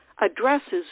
addresses